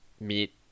meet